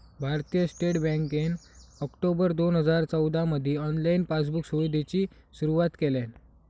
भारतीय स्टेट बँकेन ऑक्टोबर दोन हजार चौदामधी ऑनलाईन पासबुक सुविधेची सुरुवात केल्यान